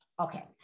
Okay